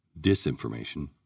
disinformation